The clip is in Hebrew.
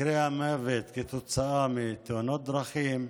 מקרי המוות כתוצאה מתאונות דרכים,